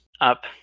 up